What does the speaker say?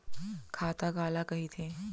खाता काला कहिथे?